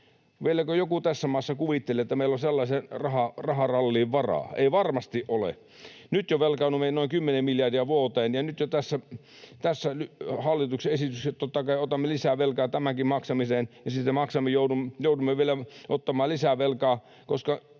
joku tässä maassa kuvitteli, että meillä on sellaiseen raharalliin varaa? Ei varmasti ole. Nyt jo velkaannumme noin kymmenen miljardia vuoteen, ja tässä hallituksen esityksessä totta kai otamme lisää velkaa tämänkin maksamiseen, ja joudumme vielä ottamaan lisää velkaa,